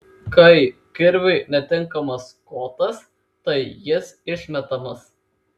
kai kirviui netinkamas kotas tai jis išmetamas